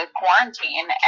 quarantine